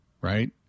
right